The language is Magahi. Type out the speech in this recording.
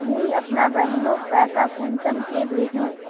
मुई अपना बहिनोक पैसा कुंसम के भेजुम?